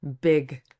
big